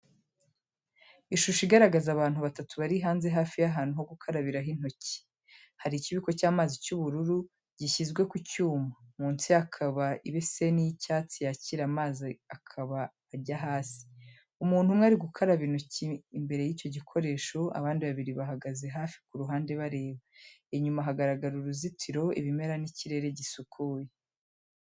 Ishusho igaragaza abantu batatu bari hanze hafi y’ahantu ho gukarabiraho intoki. Hari ikibiko cy’amazi cy’ubururu gishyizwe ku cyuma, munsi hakaba ibeseni y’icyatsi yakira amazi akaba ajya hasi. Umuntu umwe ari gukaraba intoki imbere y’icyo gikoresho, abandi babiri bahagaze hafi ku ruhande bareba. Inyuma hagaragara uruzitiro, ibimera n’ikirere gisukuye.